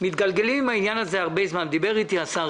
הצעת אישור השקעת המדינה בחברת פארק אריאל